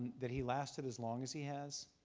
that he lasted as long as he has,